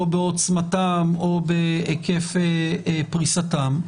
או בעוצמתם או בהיקף פרישתם.